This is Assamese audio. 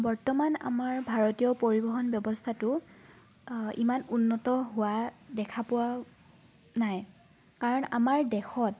বৰ্তমান আমাৰ ভাৰতীয় পৰিবহন ব্যৱস্থাটো ইমান উন্নত হোৱা দেখা পোৱা নাই কাৰণ আমাৰ দেশত